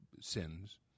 sins